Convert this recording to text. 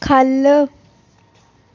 ख'ल्ल